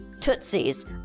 tootsies